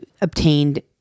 obtained